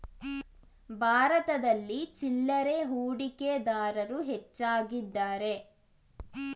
ಭಾರತದಲ್ಲಿ ಚಿಲ್ಲರೆ ಹೂಡಿಕೆದಾರರು ಹೆಚ್ಚಾಗಿದ್ದಾರೆ